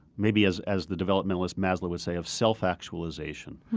maybe, as as the developmentalist maslow would say, of self-actualization,